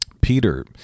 Peter